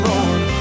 Lord